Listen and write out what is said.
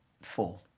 Four